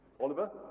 Oliver